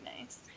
nice